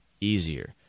easier